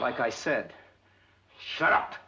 like i said shut up